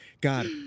God